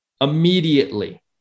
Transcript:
Immediately